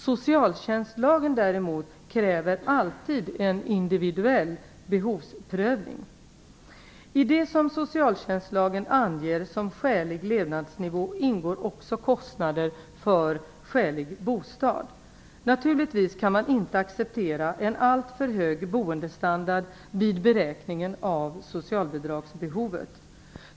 Socialtjänstlagen däremot kräver alltid en individuell behovsprövning. I det som socialtjänstlagen anger som skälig levnadsnivå ingår också kostnader för en skälig bostad. Naturligtvis kan man inte acceptera en alltför hög boendestandard vid beräkningen av socialbidragsbehovet.